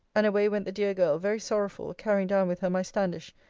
and away went the dear girl, very sorrowful, carrying down with her my standish,